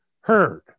heard